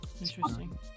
Interesting